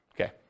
Okay